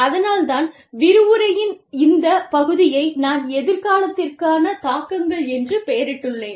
அதனால்தான் விரிவுரையின் இந்த பகுதியை நான் எதிர்காலத்திற்கான தாக்கங்கள் என்று பெயரிட்டுள்ளேன்